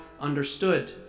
understood